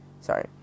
Sorry